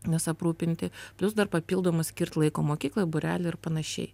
nes aprūpinti plius dar papildomai skirt laiko mokyklai būreliui ir panašiai